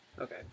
Okay